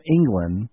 England